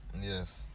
yes